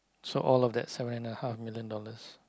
so all of that seven and a half million dollars